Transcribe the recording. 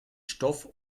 stoff